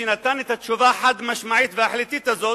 כשנתן את התשובה החד-משמעית וההחלטית הזאת?